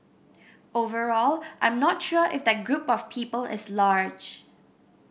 overall I'm not sure if that group of people is large